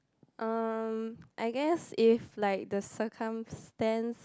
um I guess if like the circumstance